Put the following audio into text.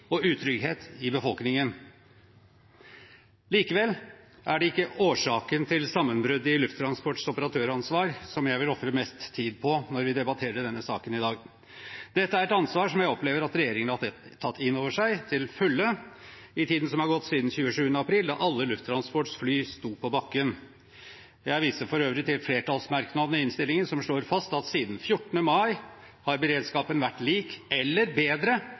og utrygghet i befolkningen. Likevel er det ikke årsaken til sammenbruddet i Lufttransports operatøransvar som jeg vil ofre mest tid på når vi debatterer denne saken i dag. Dette er et ansvar som jeg opplever at regjeringen har tatt inn over seg til fulle i tiden som er gått siden 27. april, da alle Lufttransports fly sto på bakken. Jeg viser for øvrig til flertallsmerknadene i innstillingen som slår fast at siden 14. mai har beredskapen vært lik eller bedre